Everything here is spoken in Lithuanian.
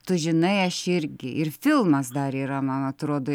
tu žinai aš irgi ir filmas dar yra man atrodo